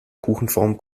kuchenform